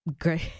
great